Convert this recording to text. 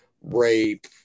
rape